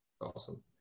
Awesome